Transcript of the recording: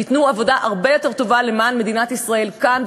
ייתנו עבודה הרבה יותר טובה למען מדינת ישראל כאן,